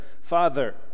Father